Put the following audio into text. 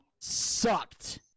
sucked